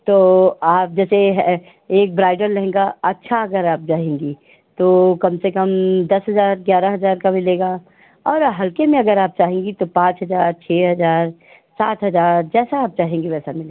तो आप जैसे एक ब्राइडल लहंगा अच्छा अगर आप चाहेंगी तो कम से कम दस हजार ग्यारह हजार का मिलेगा और हाके में अगर आप चाहेंगी तो पाँच हजार छः हजार सात हजार जैसा आप चाहेंगी वैसा मिलेगा